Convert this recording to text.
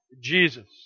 Jesus